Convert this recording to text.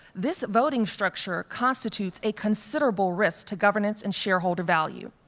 this voting structure constitutes a considerable risk to governance and shareholder value.